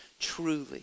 truly